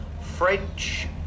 French